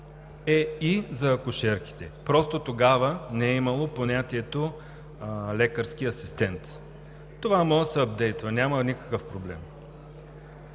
е за акушерките, а просто тогава не е имало понятието „лекарски асистент“. Това може да се ъпдейтва и няма никакъв проблем.